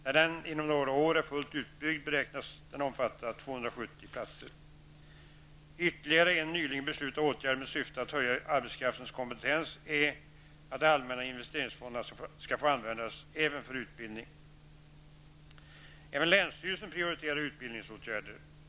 När den inom några år är fullt utbyggd beräknas den omfatta 270 Ytterligare en nyligen beslutad åtgärd med syfte att höja arbetskraftens kompetens är att de allmänna investeringsfonderna skall få användas även för utbildning. Även länsstyrelsen prioriterar utbildningsåtgärder.